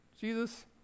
Jesus